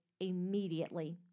immediately